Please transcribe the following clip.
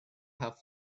have